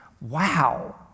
Wow